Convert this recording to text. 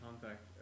contact